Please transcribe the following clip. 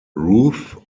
ruth